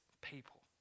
people